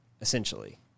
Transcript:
essentially